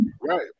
Right